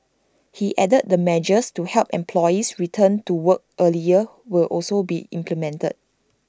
he added that measures to help employees return to work earlier will also be implemented